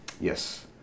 Yes